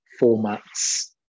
formats